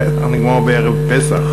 אחרת אנחנו כמו בערב פסח.